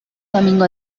domingo